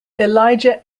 elijah